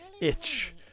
itch